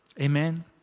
Amen